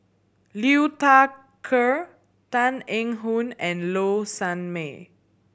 Liu Thai Ker Tan Eng Yoon and Low Sanmay